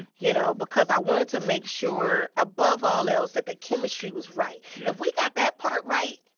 you know, because i wanted to make sure, above all else, that the chemistry was right yeah if we got that part right.